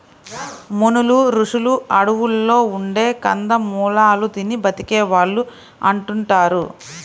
మునులు, రుషులు అడువుల్లో ఉండే కందమూలాలు తిని బతికే వాళ్ళు అంటుంటారు